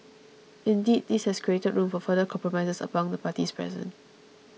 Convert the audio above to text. indeed this has created room for further compromises amongst the parties present